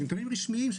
נתונים רשמיים.